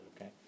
okay